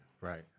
Right